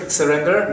surrender